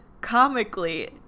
comically